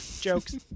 Jokes